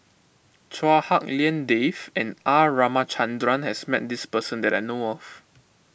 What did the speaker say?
Chua Hak Lien Dave and R Ramachandran has met this person that I know of